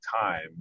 time